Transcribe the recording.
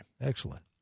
Excellent